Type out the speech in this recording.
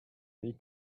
m’y